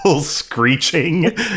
screeching